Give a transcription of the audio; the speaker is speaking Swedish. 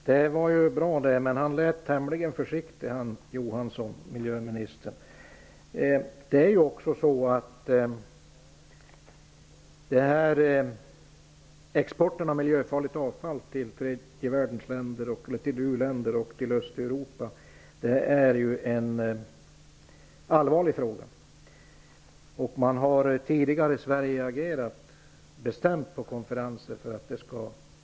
Herr talman! Det var ju bra, men miljöminister Johansson lät tämligen försiktig. Exporten av miljöfarligt avfall till u-länder och till Östeuropa är ju en allvarlig fråga. Man har tidigare i Sverige agerat bestämt på konferenser för ett förbud.